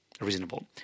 reasonable